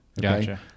Gotcha